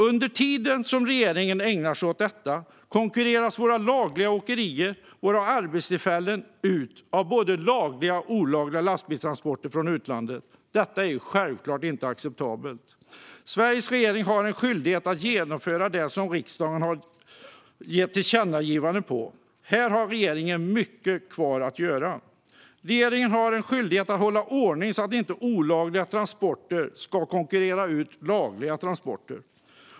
Under tiden som regeringen ägnar sig åt detta konkurreras våra lagliga åkerier och våra arbetstillfällen ut av både lagliga och olagliga lastbilstransporter från utlandet. Detta är självklart inte acceptabelt. Sveriges regering har en skyldighet att genomföra det som riksdagen ger tillkännagivande om. Här har regeringen mycket kvar att göra. Regeringen har en skyldighet att hålla ordning så att inte olagliga transporter ska konkurrera ut lagliga transporter.